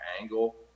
angle